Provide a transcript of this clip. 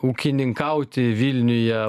ūkininkauti vilniuje